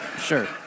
sure